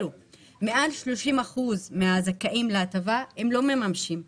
מעל 30 אחוזים מהזכאים להטבה, לא מממשים אותה.